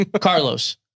Carlos